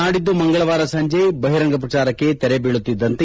ನಾಡಿದ್ದು ಮಂಗಳವಾರ ಸಂಜೆ ಬಹಿರಂಗ ಪ್ರಚಾರಕ್ಕೆ ತೆರೆ ಬೀಳುತ್ತಿದ್ದಂತೆ